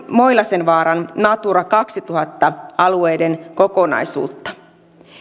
moilasenvaaran natura kaksituhatta alueiden kokonaisuutta